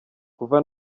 kuva